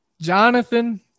Jonathan